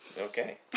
Okay